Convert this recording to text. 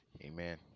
amen